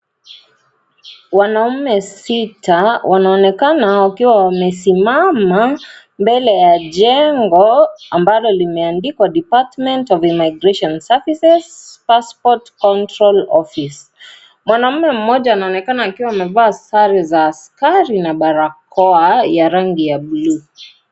Wanaume sita wanaonekana wamesimama mbele ya jengo ambalo kimeandikwa department of immigration services passport control office . Mwanaume moja anaonekana akiwa amevaa sare za askari na barakoa ya rangi ya blue